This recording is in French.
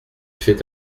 fait